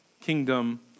kingdom